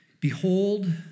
Behold